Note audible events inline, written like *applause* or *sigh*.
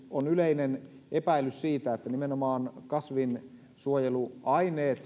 on yleinen epäilys siitä että nimenomaan kasvinsuojeluaineet *unintelligible*